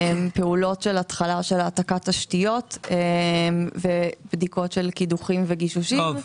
פעולות של התחלה של העתקת תשתיות ובדיקות של קידוחים וגישושים.